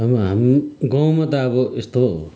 अब हामी गाउँमा त अब यस्तो